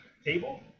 table